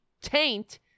taint